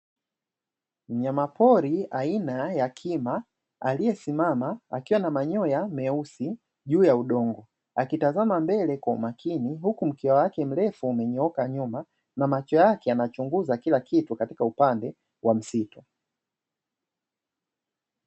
Mnyamapori aina ya Kima aliyesimama, akiwa na manyoya meusi juu ya udongo akitazama mbele kwa umakini huku mkia wake mrefu umenyooka nyuma na macho yake yanachunguza kila kitu katika upande wa msitu.